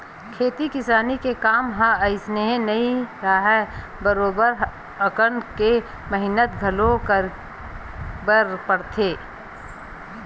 खेती किसानी के काम ह अइसने नइ राहय बरोबर हकन के मेहनत घलो करे बर परथे